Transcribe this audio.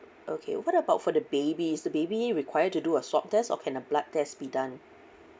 okay what about for the baby is the baby required to do a swab test or can a blood test be done